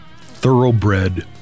thoroughbred